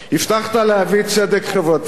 הבטחת להביא צדק חברתי,